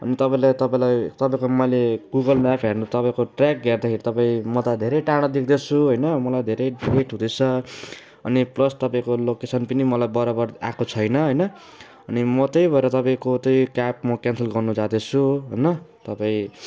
अनि तपाईँलाई तपाईँलाई तपाईँको मैले गुगल म्याप हेर्नु तपाईँको ट्र्याक हेर्दाखेरि तपाईँ म त धेरै टाढो देख्दैछु होइन मलाई धेरै लेट हुँदैछ अनि प्लस तपाईँको लोकेसन पनि मलाई बराबर आएको छैन होइन अनि म त्यही भएर तपाईँको चाहिँ म क्याब क्यान्सल गर्नु जाँदैछु होइन तपाईँ